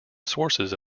sources